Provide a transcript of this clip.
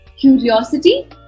curiosity